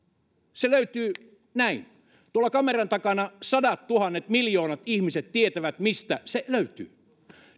se löytyy näin ja tuolla kameran takana sadattuhannet miljoonat ihmiset tietävät mistä se löytyy